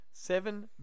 Seven